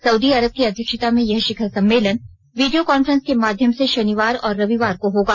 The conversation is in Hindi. सऊदी अरब की अध्यक्षता में यह शिखर सम्मेलन वीडियो कांफ्रेंस के माध्यम से शनिवार और रविवार को होगा